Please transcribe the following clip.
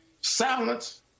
Silence